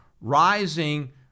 rising